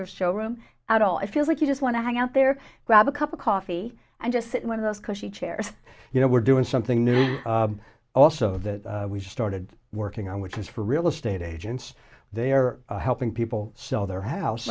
your showroom at all i feel like you just want to hang out there grab a cup of coffee and just sit in one of those cushy chairs you know we're doing something new also that we started working on which is for real estate agents they are helping people sell their house